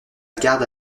garde